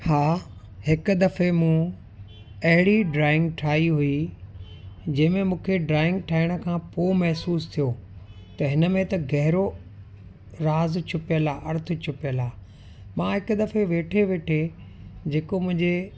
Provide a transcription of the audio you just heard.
हा हिकु दफ़े मूं अहिड़ी ड्रॉइंग ठाही हुई जंहिं में मूंखे ड्रॉइंग ठाहिण खां पोइ महिसूसु थियो त हिन में त गहरो राज़ु छुपियलु आहे अर्थ छुपियलु आहे मां हिकु दफ़े वेठे वेठे जेको मुंहिंजे